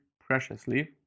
preciously